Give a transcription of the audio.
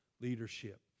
leadership